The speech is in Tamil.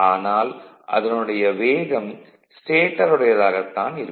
ஆனால் அதனுடைய வேகம் ஸ்டேடாருடையதாக இருக்கும்